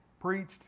preached